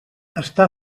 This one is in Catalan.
està